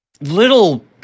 little